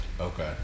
Okay